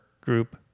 group